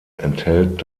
enthält